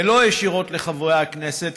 ולא ישירות מחברי הכנסת,